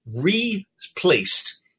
replaced